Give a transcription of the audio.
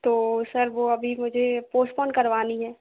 तो सर वो अभी मुझे पोस्टपोन करवानी है